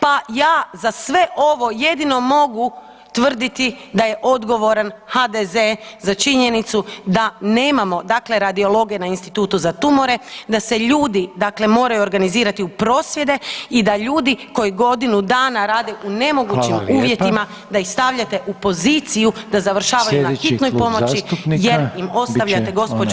Pa ja za sve ovo jedino mogu tvrditi da je odgovoran HDZ za činjenicu da nemamo dakle radiologe na „Institutu za tumore“, da se ljudi dakle moraju organizirati u prosvjede i da ljudi koji godinu dana rade u nemogućim uvjetima da ih stavljate u poziciju da završavaju na hitnoj pomoći jer im ostavljate gđo.